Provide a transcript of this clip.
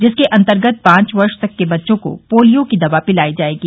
जिसके अंतर्गत पांच वर्ष तक के बच्चों को पोलियो की दवा पिलाई जायेगी